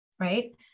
right